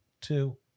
two